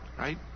Right